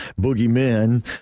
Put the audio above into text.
boogeymen